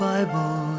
Bible